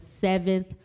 seventh